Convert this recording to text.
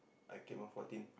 I came up fourteen